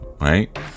right